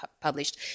published